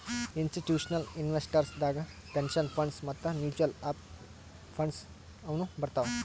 institutional investors ದಾಗ್ pension funds ಮತ್ತ್ mutual funds ಇವ್ನು ಬರ್ತವ್